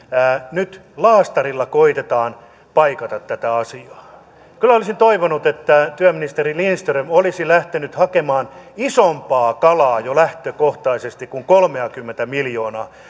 nyt laastarilla koetetaan paikata tätä asiaa kyllä olisin toivonut että työministeri lindström olisi lähtenyt hakemaan isompaa kalaa jo lähtökohtaisesti kuin kolmeakymmentä miljoonaa